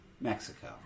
Mexico